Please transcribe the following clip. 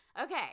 Okay